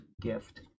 gift